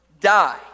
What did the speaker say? die